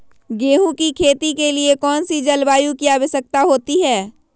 गेंहू की खेती के लिए कौन सी जलवायु की आवश्यकता होती है?